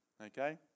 okay